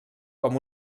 com